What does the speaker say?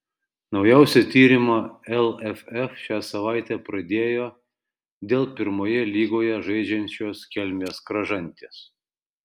naujausią tyrimą lff šią savaitę pradėjo dėl pirmoje lygoje žaidžiančios kelmės kražantės